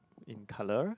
in colour